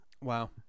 wow